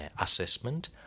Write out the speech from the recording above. assessment